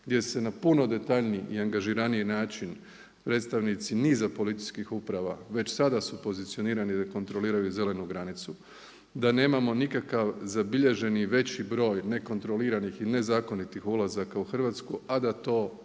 gdje se na puno detaljniji i angažiraniji način predstavnici niza policijskih uprava već sada su pozicionirani da kontroliraju zelenu granicu, da nemamo nikakav zabilježeni veći broj nekontroliranih i nezakonitih ulazaka u Hrvatsku, a da to MUP